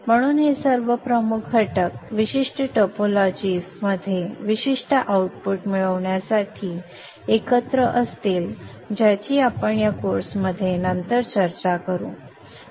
म्हणून हे सर्व प्रमुख घटक विशिष्ट टोपोलॉजीज मध्ये विशिष्ट आउटपुट मिळविण्यासाठी एकत्र असतील ज्याची आपण या कोर्समध्ये नंतर चर्चा करू